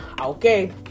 okay